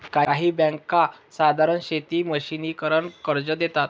काही बँका साधारण शेती मशिनीकरन कर्ज देतात